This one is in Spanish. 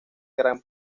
gran